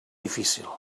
difícil